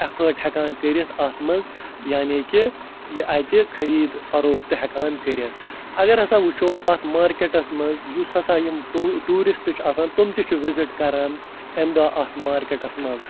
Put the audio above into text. اٮ۪فٲٹ ہٮ۪کان کٔرِتھ اتھ منٛز یعنی کہِ یہِ اَتہِ خریٖدٕ فروخت ہٮ۪کان کٔرِتھ اگر ہسا وٕچھو اتھ مارکٮ۪ٹس منٛز یُس ہَسا یِم ٹوٗ ٹوٗرِسٹ چھِ آسان تِم تہِ چھِ وِزِٹ کَران اَمہِ دۄہ اتھ مارکٮ۪ٹس منٛز